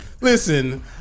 Listen